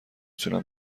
توانم